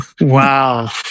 Wow